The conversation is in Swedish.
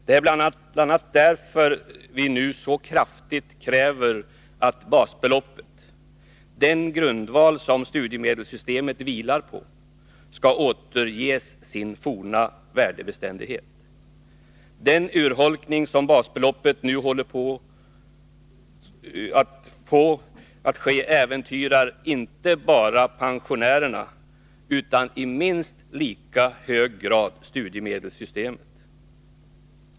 Det är bl.a. därför vi nu så kraftigt kräver att basbeloppet — den grundval som studiemedelssystemet vilar på — skall återges sin forna värdebeständighet. Den urholkning av basbeloppet som nu håller på att ske äventyrar inte bara pensionerna utan i minst lika hög grad studiemedelssystemet.